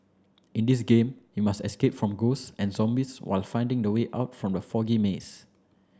in this game you must escape from ghosts and zombies while finding the way out from the foggy maze